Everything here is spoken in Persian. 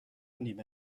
نیمه